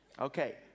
Okay